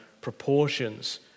proportions